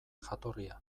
jatorria